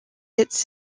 its